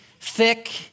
thick